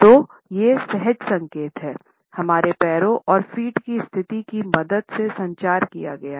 तो ये सहज संकेत हैं हमारे पैरों और फ़ीट की स्थिति की मदद से संचार किया गया हैं